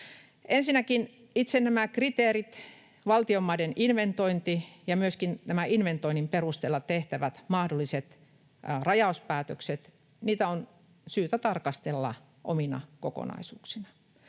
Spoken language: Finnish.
Ensinnäkin itse näitä kriteereitä, valtion maiden inventointia ja myöskin inventoinnin perusteella tehtäviä mahdollisia rajauspäätöksiä on syytä tarkastella omina kokonaisuuksina.